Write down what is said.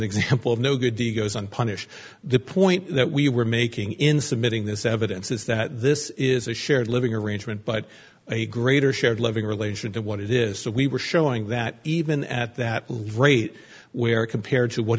example of no good deed goes unpunished the point that we were making in submitting this evidence is that this is a shared living arrangement but a greater share of living relation to what it is that we were showing that even at that rate where compared to what